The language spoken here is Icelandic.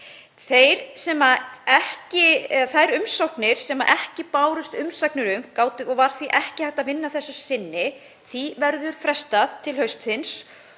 sem ekki bárust umsagnir um, og var því ekki hægt að vinna að þessu sinni, verður frestað til haustsins